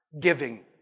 giving